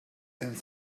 and